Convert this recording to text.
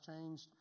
changed